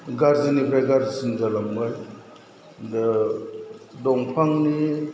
गाज्रिनिफ्राय गाज्रिसिन जालांबाय दा दंफांनि